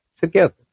together